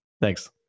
Thanks